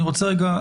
אני רוצה רגע,